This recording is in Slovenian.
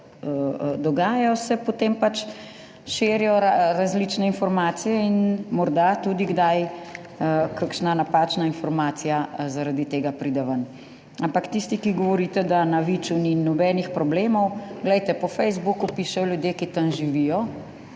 dogajajo, se potem pač širijo različne informacije in morda tudi kdaj kakšna napačna informacija zaradi tega pride ven. Ampak tisti, ki govorite, da na Viču ni nobenih problemov, glejte, po Facebooku pišejo ljudje, ki tam živijo,